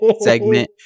segment